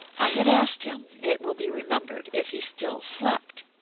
i had asked him, it will be remembered, if he still slept.